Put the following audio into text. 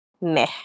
meh